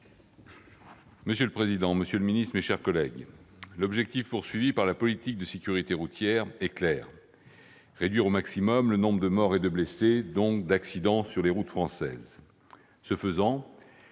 Monsieur le président, monsieur le secrétaire d'État, mes chers collègues, l'objectif fixé pour la politique de sécurité routière est clair : réduire au maximum le nombre de morts et de blessés, donc d'accidents sur les routes françaises. Ce faisant,